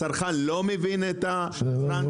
הצרכן לא מבין --- אז